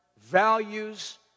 values